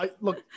Look